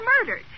murdered